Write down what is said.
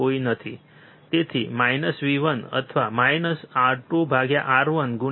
તેથી V1 અથવા -R2R1V1